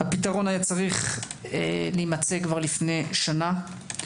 הפתרון היה צריך להימצא לפני שנה.